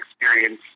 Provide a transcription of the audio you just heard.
experience